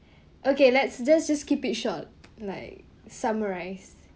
okay let's just just keep it short like summarise